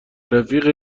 رفیق